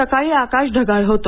सकाळी आकाश ढगाळ होते